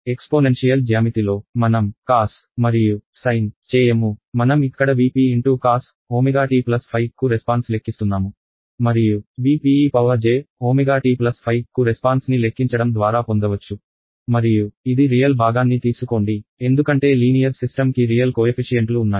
exponential జ్యామితిలో మనం cos మరియు sin చేయము మనం ఇక్కడ V p × cos ω t కు రెస్పాన్స్ లెక్కిస్తున్నాము మరియు V p ej ω t కు రెస్పాన్స్ ని లెక్కించడం ద్వారా పొందవచ్చు మరియు ఇది రియల్ భాగాన్ని తీసుకోండి ఎందుకంటే లీనియర్ సిస్టమ్ కి రియల్ కోయఫిషియంట్లు ఉన్నాయి